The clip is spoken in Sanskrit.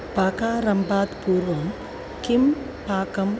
पाकारम्भात् पूर्वं किं पाकम्